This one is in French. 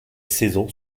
saison